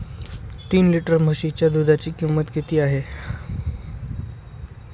तीन लिटर म्हशीच्या दुधाची किंमत किती आहे?